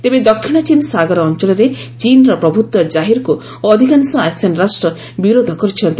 ତେବେ ଦକ୍ଷିଣ ଚୀନ୍ ସାଗର ଅଞ୍ଚଳରେ ଚୀନ୍ର ପ୍ରଭୂତ୍ୱ ଜାହିର୍କୁ ଅଧିକାଂଶ ଆସିଆନ୍ ରାଷ୍ଟ୍ର ବିରୋଧ କରୁଛନ୍ତି